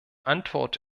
antwort